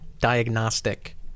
diagnostic